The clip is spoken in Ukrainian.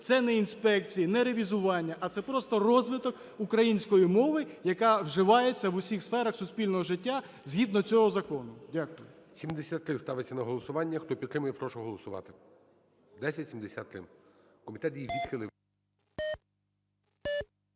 Це не інспекції, не ревізування, а це просто розвиток української мови, яка вживається в усіх сферах суспільного життя, згідно цього закону. Дякую. ГОЛОВУЮЧИЙ. 73, ставиться на голосування. Хто підтримує, я прошу голосувати. 1073,